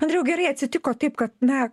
andriau gerai atsitiko taip kad na